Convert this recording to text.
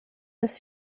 dass